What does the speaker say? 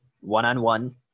one-on-one